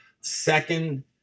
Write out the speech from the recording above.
Second